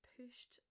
pushed